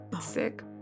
sick